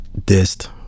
dissed